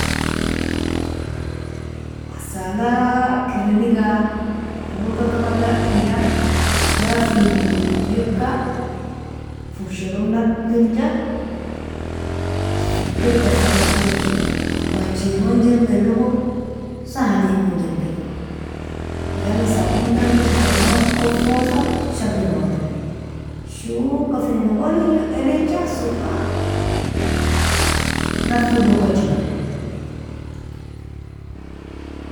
Ghassala kirriniga, owalka kabda kidad daffi malleka, furshalog nadifja, sukkir ghassalal idachinamie, kubianchigon jenbealogo sahanigon jenbealogo, yala sabuntanga idechatira gon kofosa, shagiloname. Shukafinogoni juu elecha soka raffido okkachiname.